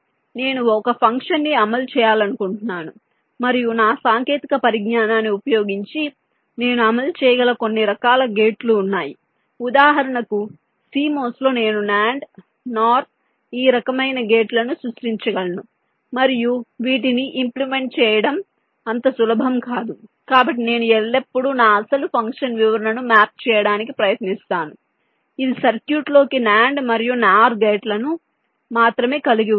నేను ఒక ఫంక్షన్ను అమలు చేయాలనుకుంటున్నాను మరియు నా సాంకేతిక పరిజ్ఞానాన్ని ఉపయోగించి నేను అమలు చేయగల కొన్ని రకాల గేట్లు ఉన్నాయి ఉదాహరణకు CMOS లో నేను NAND NOR ఈ రకమైన గేట్లను సృష్టించగలను మరియు వీటిని ఇంప్లీమెంట్ చేయడం అంత సులభం కాదు కాబట్టి నేను ఎల్లప్పుడూ నా అసలు ఫంక్షన్ వివరణను మ్యాప్ చేయడానికి ప్రయత్నిస్తాను ఇది సర్క్యూట్లోకి NAND మరియు NOR గేట్లను మాత్రమే కలిగి ఉంటుంది